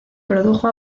produjo